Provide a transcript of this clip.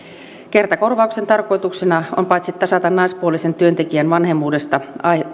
kertakorvauksen tarkoituksena on paitsi tasata naispuolisen työntekijän vanhemmuudesta